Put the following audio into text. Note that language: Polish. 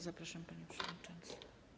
Zapraszam, panie przewodniczący.